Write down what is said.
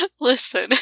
listen